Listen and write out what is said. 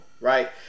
right